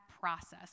process